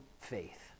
faith